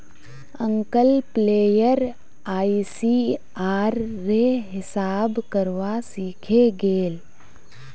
uncle player ICR रे हिसाब करवा सीखे गेल